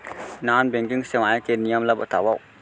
Non banking सेवाएं के नियम ला बतावव?